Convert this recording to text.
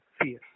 fear